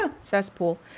cesspool